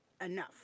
enough